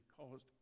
caused